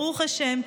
ברוך השם,